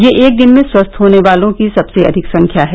यह एक दिन में स्वस्थ होने वालों की सबसे अधिक संख्या है